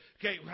Okay